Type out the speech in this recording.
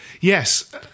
yes